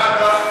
הפעם לא אני.